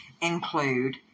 include